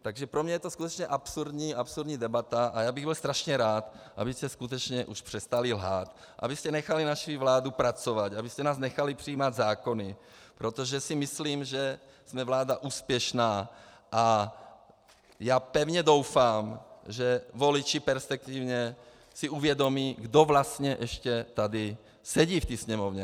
Takže pro mě je to skutečně absurdní debata a já bych byl strašně rád, abyste skutečně už přestali lhát, abyste nechali naši vládu pracovat, abyste nás nechali přijímat zákony, protože si myslím, že jsme vláda úspěšná, a já pevně doufám, že si voliči perspektivně uvědomí, kdo vlastně ještě tady sedí v té Sněmovně.